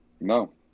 No